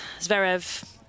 Zverev